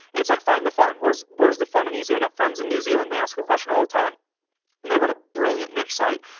it's like find the fun. where's where's the fun and easy? i've got friends in new zealand, they ask a question all the time and they run a brilliant niche site,